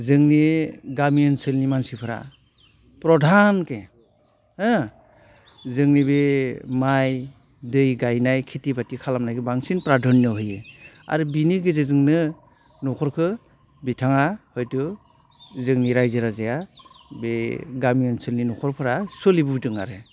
जोंनि गामि ओनसोलनि मानसिफ्रा प्रधानके होह जोंनि बे माइ दै गायनाय खेथि फाथि खालामनायखौ बांसिन प्राधन्य' होयो आरो बिनि गेजेरजोंनो न'खरखौ बिथाङा हयथु जोंनि रायजो राजाया बे गामि ओनसोलनि न'खरफ्रा सोलिबोदों आरो